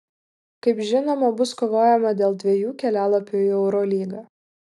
kaip žinoma bus kovojama dėl dviejų kelialapių į eurolygą